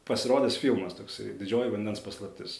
pasirodęs filmas toksai didžioji vandens paslaptis